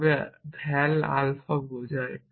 তবে ভ্যাল আলফা বোঝায়